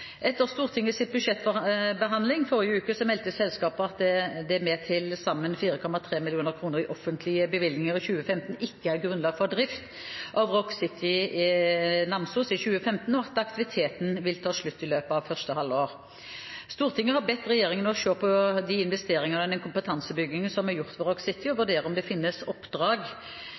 forrige uke meldte selskapet at det med til sammen 4,3 mill. kr i offentlige bevilgninger i 2015 ikke er grunnlag for drift av Rock City Namsos i 2015, og at aktiviteten vil ta slutt i løpet av første halvår. Stortinget har bedt regjeringen se på de investeringer og den kompetansebygging som er gjort ved Rock City, og vurdere om det finnes oppdrag